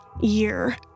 year